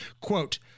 quote